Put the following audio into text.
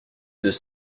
deux